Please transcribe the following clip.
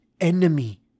enemy